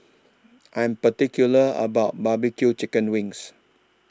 I'm particular about My B Q Chicken Wings